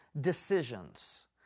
decisions